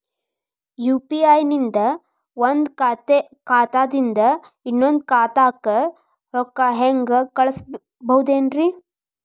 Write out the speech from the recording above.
UPI ನಿಂದ ಒಂದ್ ಖಾತಾದಿಂದ ಇನ್ನೊಂದು ಖಾತಾಕ್ಕ ರೊಕ್ಕ ಹೆಂಗ್ ಕಳಸ್ಬೋದೇನ್ರಿ?